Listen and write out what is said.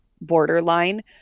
borderline